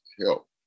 help